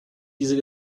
dieser